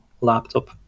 laptop